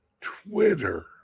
twitter